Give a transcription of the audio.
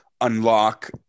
unlock